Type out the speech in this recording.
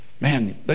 Man